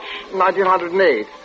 1908